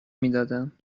میدادم